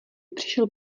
přišel